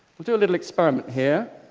we'll do a little experiment here.